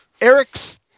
Eric's